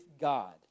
God